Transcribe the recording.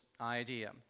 idea